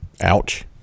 Ouch